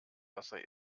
wasser